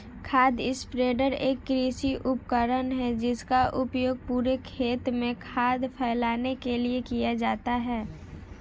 खाद स्प्रेडर एक कृषि उपकरण है जिसका उपयोग पूरे खेत में खाद फैलाने के लिए किया जाता है